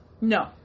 No